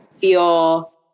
feel